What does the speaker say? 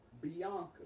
Bianca